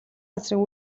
газрын